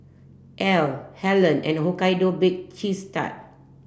Elle Helen and Hokkaido Baked Cheese Tart